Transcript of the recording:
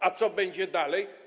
A co będzie dalej?